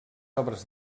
obres